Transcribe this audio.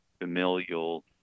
familial